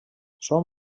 són